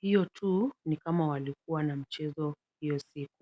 Hiyo tu ni kama walikuwa na mchezo hiyo siku.